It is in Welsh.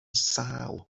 sâl